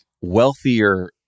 wealthier